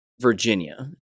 Virginia